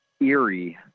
eerie